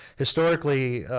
historically,